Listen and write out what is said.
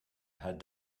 had